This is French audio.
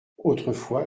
autrefois